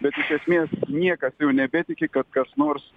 bet iš esmės niekas jau nebetiki kad kas nors